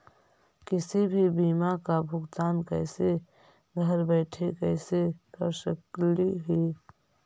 किसी भी बीमा का भुगतान कैसे घर बैठे कैसे कर स्कली ही?